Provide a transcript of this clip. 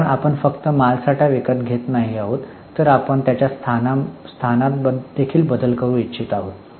कारण आपण फक्त मालसाठा विकत घेत नाही आहोत तर आपण त्याच्या स्थान देखील बदल करू इच्छित आहोत